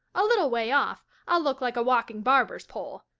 a little way off i'll look like a walking barber's pole.